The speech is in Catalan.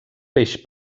peix